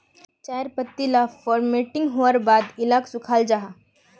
चायर पत्ती ला फोर्मटिंग होवार बाद इलाक सुखाल जाहा